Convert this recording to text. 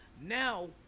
now